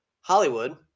Hollywood